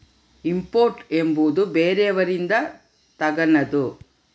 import ಎಂಬುವುದು ಬೇರೆಯವರಿಂದ ತಗನದು